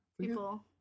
People